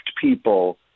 people